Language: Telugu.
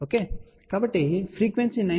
కాబట్టి ఫ్రీక్వెన్సీ 9